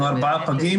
אנחנו ארבעה אחים,